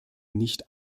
nicht